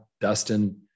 Dustin